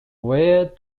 where